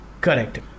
Correct